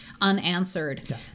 unanswered